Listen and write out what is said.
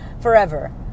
forever